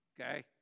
okay